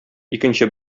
икенче